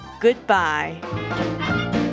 goodbye